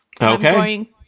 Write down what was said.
Okay